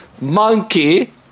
monkey